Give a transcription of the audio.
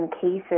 cases